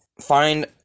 find